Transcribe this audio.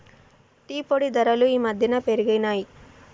tea పొడి ధరలు ఈ మధ్యన పెరిగినయ్